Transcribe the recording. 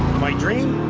my dream.